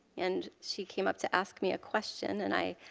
and she came up to ask me a question, and i